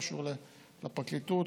קשור לפרקליטות,